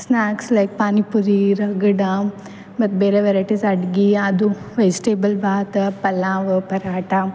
snacks like pani puri ragda ಮತ್ತೆ ಬೇರೆ varieties ಅಡಿಗೆ ಅದು ವೆಜಿಟೇಬಲ್ ಬಾತು ಪಲಾವು ಪರಾಟ